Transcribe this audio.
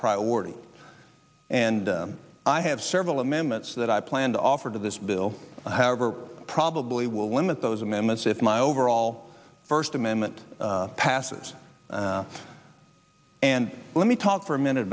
priority and i have several amendments that i plan to offer to this bill however probably will limit those amendments if my overall first amendment passes and let me talk for a minute